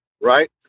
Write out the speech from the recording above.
right